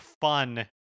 fun